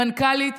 מנכ"לית,